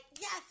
yes